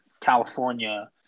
California